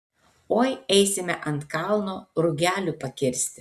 oi eisime ant kalno rugelių pakirsti